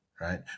right